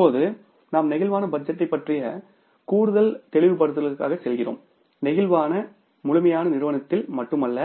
இப்போது நாம் பிளேக்சிபிள் பட்ஜெட்டைப் பற்றிய கூடுதல் தெளிவுபடுத்தலுக்காகச் செல்கிறோம் பிளேக்சிபிள் பட்ஜெட் முழுமையான நிறுவனத்தில் மட்டுமல்ல